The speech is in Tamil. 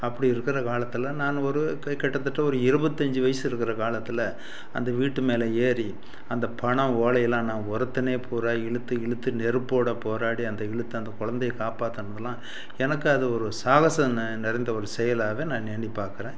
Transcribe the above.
அப்படி இருக்கிற காலத்தில் நான் ஒரு கிட்டத்தட்ட ஒரு இருபத்தஞ்சு வயசு இருக்கிற காலத்தில் அந்த வீட்டு மேலே ஏறி அந்த பனை ஓலை எல்லாம் நான் ஒருத்தனே பூரா இழுத்து இழுத்து நெருப்போடு போராடி அந்த இழுத்து அந்த கொழந்தைய காப்பாத்தினதுலாம் எனக்கு அது ஒரு சாகசம் நெ நிறைந்த ஒரு செயலாக நான் எண்ணி பார்க்குறேன்